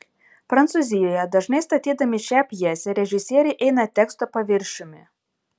prancūzijoje dažnai statydami šią pjesę režisieriai eina teksto paviršiumi